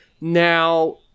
Now